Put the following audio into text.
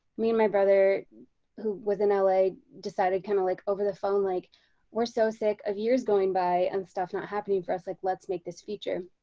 me and my brother who was in ah la decided kind of like over the phone like we're so sick of years going by and stuff not happening for us. like let's make this feature.